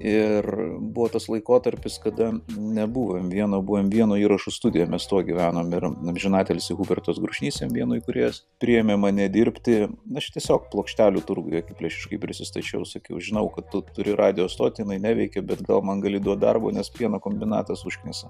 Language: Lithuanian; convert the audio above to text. ir buvo tas laikotarpis kada nebuvo em vieno buvo em vieno įrašų studija mes tuo gyvenom ir amžinatilsį hubertas grušnys em vieno įkūrėjas priėmė mane dirbti aš tiesiog plokštelių turguje akiplėšiškai prisistačiau sakiau žinau kad tu turi radijo stotį jinai neveikia bet gal man gali duot darbo nes pieno kombinatas užknisa